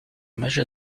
measure